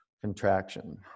contraction